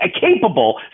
capable